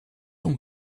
und